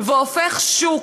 והופך שוק,